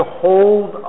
hold